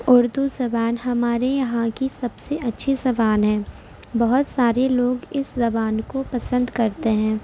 اردو زبان ہمارے یہاں کی سب سے اچھی زبان ہے بہت سارے لوگ اس زبان کو پسند کرتے ہیں